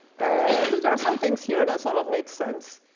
and there are some things here that sort of make sense.